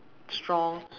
strong